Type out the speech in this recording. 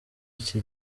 iki